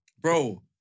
Bro